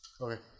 Okay